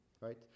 right